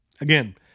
Again